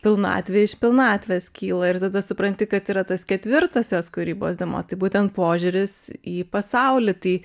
pilnatvė iš pilnatvės kyla ir tada supranti kad yra tas ketvirtas jos kūrybos dėmuo tai būtent požiūris į pasaulį tai